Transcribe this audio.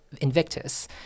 Invictus